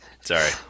Sorry